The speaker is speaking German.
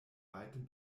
weitem